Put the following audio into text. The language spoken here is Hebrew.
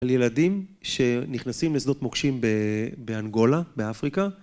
על ילדים שנכנסים לשדות מוקשים באנגולה באפריקה